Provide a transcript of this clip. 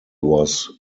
was